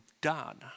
done